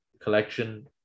collection